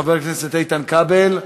חבר הכנסת איתן כבל,